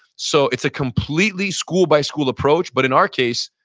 so, it's a completely school-by-school approach but in our case,